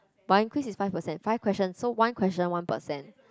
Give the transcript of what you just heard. one quiz is five percent five question so one question one percent